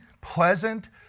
pleasant